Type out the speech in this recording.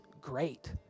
great